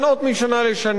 ובפעם הבאה שינסו,